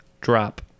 drop